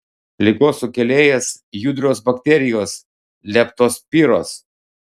ligos sukėlėjas judrios bakterijos leptospiros